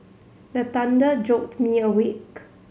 the thunder jolt me awake